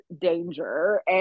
danger